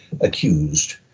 accused